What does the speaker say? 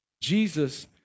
Jesus